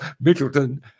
Middleton